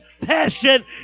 passion